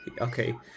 Okay